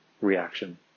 reaction